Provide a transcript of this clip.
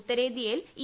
ഉത്തരേന്ത്യിൽ E